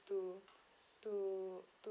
to to to